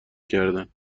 کردن